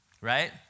right